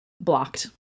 blocked